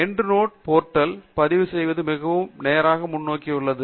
end note web போர்ட்டலில் பதிவு செய்வது மிகவும் நேராக முன்னோக்கி உள்ளது